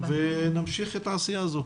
נמשיך את העשייה הזאת.